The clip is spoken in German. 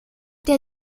der